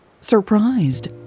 surprised